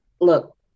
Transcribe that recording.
Look